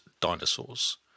dinosaurs